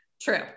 True